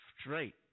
Straight